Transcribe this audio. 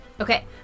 Okay